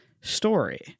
story